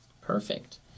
Perfect